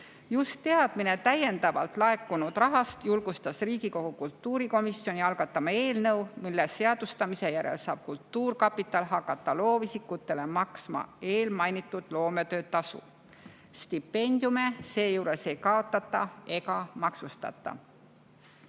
Just teadmine täiendavalt laekunud rahast julgustas Riigikogu kultuurikomisjoni algatama eelnõu, mille seadustamise järel saab kultuurkapital hakata loovisikutele maksma eelmainitud loometöötasu. Stipendiume seejuures ei kaotata ega maksustata.